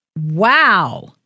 Wow